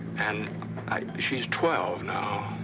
and i. she's twelve now.